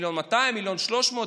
ל-1.2 מיליון או ל-1.3 מיליון,